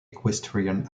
equestrian